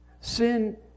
Sin